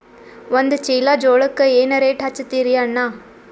ಒಂದ ಚೀಲಾ ಜೋಳಕ್ಕ ಏನ ರೇಟ್ ಹಚ್ಚತೀರಿ ಅಣ್ಣಾ?